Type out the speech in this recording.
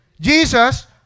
Jesus